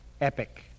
epic